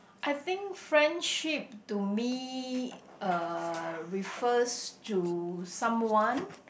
I think friendship to me uh refers to someone